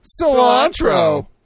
Cilantro